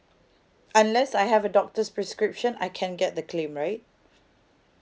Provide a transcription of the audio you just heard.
unless I have a doctor's prescription I can get the claim right